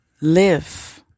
live